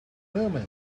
moment